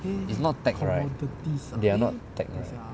it's not technology right they are not technology right